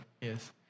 Yes